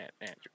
Andrew